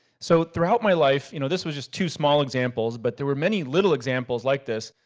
so throughout my life, you know, this was just two small examples, but there were many literal examples like this.